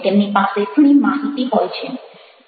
તેમની પાસે ઘણી માહિતી હોય છે